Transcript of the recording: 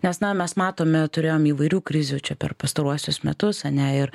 nes na mes matome turėjom įvairių krizių čia per pastaruosius metus ane ir